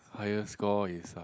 highest score is uh